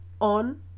on